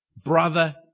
Brother